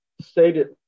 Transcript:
stated